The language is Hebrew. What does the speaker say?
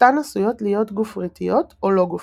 שלושתן עשויות להיות גופריתיות או לא-גופריתיות.